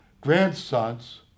grandsons